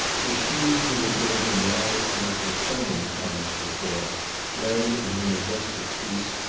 but she who had given him wise counsel so many times before lay in her majestic peace,